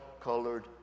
colored